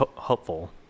helpful